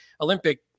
Olympic